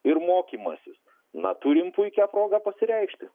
ir mokymasis na turim puikią progą pasireikšti